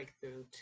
breakthrough